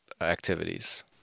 activities